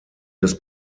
des